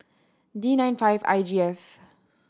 D nine five I G F